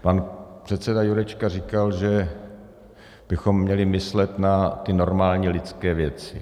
Pan předseda Jurečka říkal, že bychom měli myslet na ty normální lidské věci.